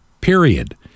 period